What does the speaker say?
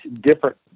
different